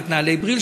ואת נעלי "בריל",